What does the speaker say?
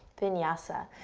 vinyasa.